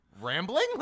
Rambling